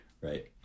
right